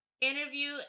interview